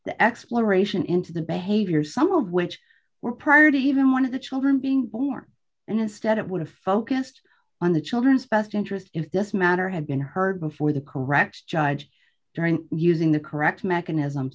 the exploration into the behavior some of which were prior to even one of the children being born and instead it would have focused on the children's best interest if this matter had been heard before the correct judge during using the correct mechanism